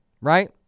right